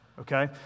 Okay